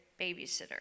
babysitter